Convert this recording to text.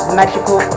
magical